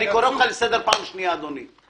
אני קורא אותך לסדר פעם שנייה, אדוני.